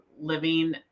living